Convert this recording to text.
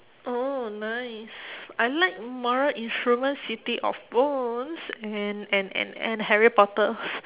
oh nice I like mortal-instruments city-of-bones and and and and harry-potter also